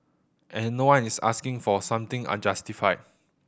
and no one is asking for something unjustified